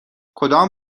کدام